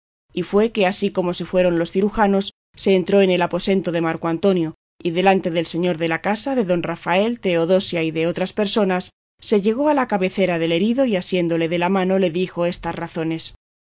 y fue que así como se fueron los cirujanos se entró en el aposento de marco antonio y delante del señor de la casa de don rafael teodosia y de otras personas se llegó a la cabecera del herido y asiéndole de la mano le dijo estas razones